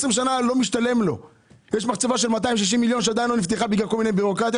יש מחצבה של 260 מיליון שעדיין לא נפתחה בגלל בירוקרטיה,